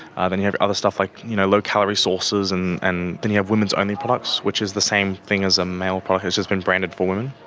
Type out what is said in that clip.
ah then you have other stuff like you know low calorie sauces, and and then you have women's only products, which is the same thing as ah male product but it's just been branded for women.